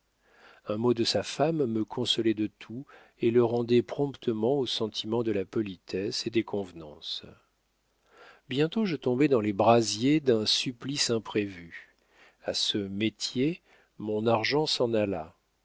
un mot de sa femme me consolait de tout et le rendait promptement au sentiment de la politesse et des convenances bientôt je tombai dans les brasiers d'un supplice imprévu a ce métier mon argent s'en alla